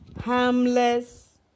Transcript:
harmless